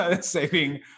saving